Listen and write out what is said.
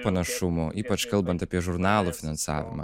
panašumų ypač kalbant apie žurnalų finansavimą